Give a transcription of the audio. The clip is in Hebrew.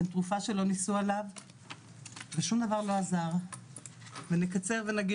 אין תרופה שלא ניסו עליו ושום דבר לא עזר ונקצר ונגיד